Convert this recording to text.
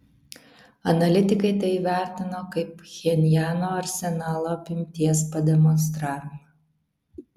analitikai tai įvertino kaip pchenjano arsenalo apimties pademonstravimą